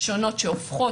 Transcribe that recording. שונות שהופכות,